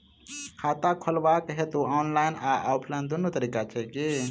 खाता खोलेबाक हेतु ऑनलाइन आ ऑफलाइन दुनू तरीका छै की?